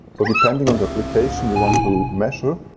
so, depending on the application you want to measure,